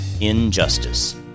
Injustice